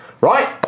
Right